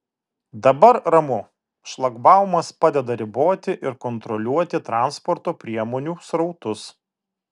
dabar ramu šlagbaumas padeda riboti ir kontroliuoti transporto priemonių srautus